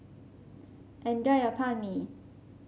enjoy your Banh Mi